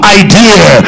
idea